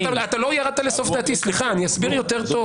לא ירדת לסוף דעתי, סליחה, אני אסביר יותר טוב.